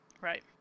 Right